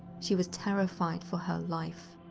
she was terrified for her life.